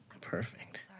perfect